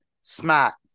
Smack